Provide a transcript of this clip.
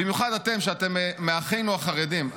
במיוחד אתם, אתם מאחינו החרדים,